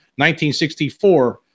1964